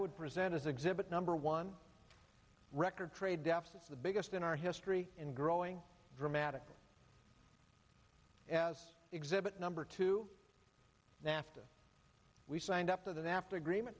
would present as exhibit number one record trade deficits the biggest in our history and growing dramatically as exhibit number two nafta we signed up to the nafta agreement